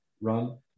run